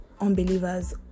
unbelievers